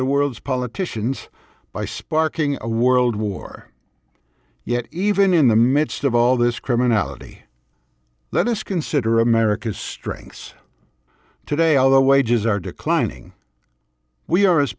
the world's politicians by sparking a world war yet even in the midst of all this criminality let us consider america's strengths today although wages are declining we are as